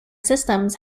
systems